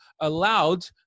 allowed